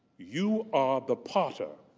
you are the potter.